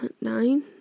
nine